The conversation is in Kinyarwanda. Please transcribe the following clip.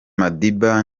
madiba